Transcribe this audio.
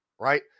right